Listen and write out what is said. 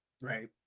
right